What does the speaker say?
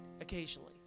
occasionally